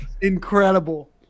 Incredible